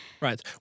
Right